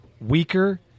weaker